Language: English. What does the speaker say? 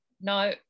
no